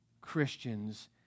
Christians